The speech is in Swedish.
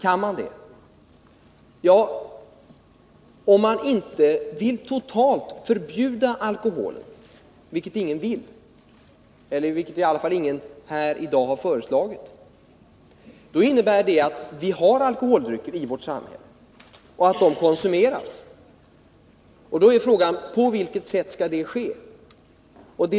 Ja, om man inte vill totalt förbjuda alkoholen, vilket ingen vill, eller i varje fall ingen här i dag har föreslagit, kommer vi att ha ett alkoholbruk i vårt samhälle. Då är frågan på vilket sätt det skall utövas.